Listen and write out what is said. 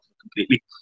completely